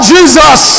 Jesus